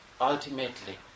ultimately